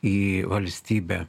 į valstybę